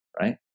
right